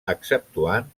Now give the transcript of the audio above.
exceptuant